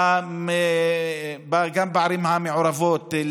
גם בערים המעורבות,